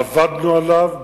עבדנו עליו.